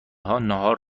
ها، نهار